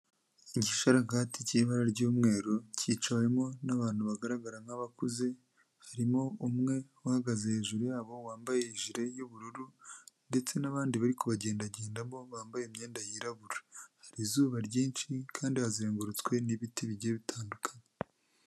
Igisharagati cy'ibara ry'umweru cyicawemo n'abantu bagaragara nk'abakuze, harimo umwe uhagaze hejuru yabo wambaye ijire y'ubururu ndetse n'abandi bari kubagendagendamo bambaye imyenda yirabura, hari izuba ryinshi kandi hazengurutswe n'ibiti bigiye bitandukanye.